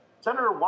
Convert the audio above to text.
senator